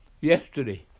yesterday